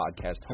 Podcast